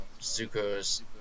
Zuko's